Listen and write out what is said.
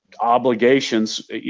obligations